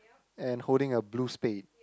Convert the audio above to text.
and holding a blue spade